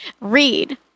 Read